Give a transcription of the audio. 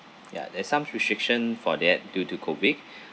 ya there's some restriction for that due to COVID